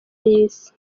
y’isi